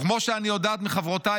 וכמו שאני יודעת מחברותיי,